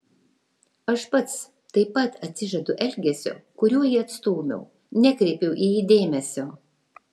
aš pats taip pat atsižadu elgesio kuriuo jį atstūmiau nekreipiau į jį dėmesio